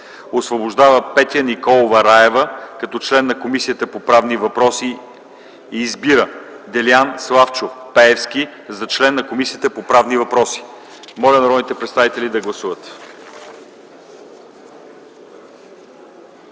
Освобождава Петя Николова Раева като член на Комисията по правни въпроси. 2. Избира Делян Славчов Пеевски за член на Комисията по правни въпроси.” Моля народните представители да гласуват.